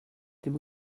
ddim